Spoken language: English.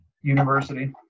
University